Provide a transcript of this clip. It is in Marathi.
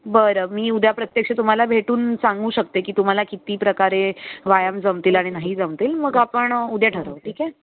बरं मी उद्या प्रत्यक्ष तुम्हाला भेटून सांगू शकते की तुम्हाला किती प्रकारे व्यायाम जमतील आणि नाही जमतील मग आपण उद्या ठरवू ठीक आहे